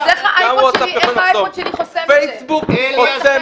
אז איך האייפוד שלי חוסם את זה -- פייסבוק חוסמת.